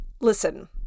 listen